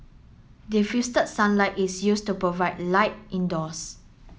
diffuse sunlight is used to provide light indoors